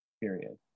period